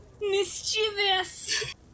Mischievous